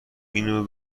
اینو